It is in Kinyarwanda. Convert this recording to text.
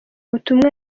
butumwa